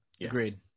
Agreed